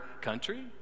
country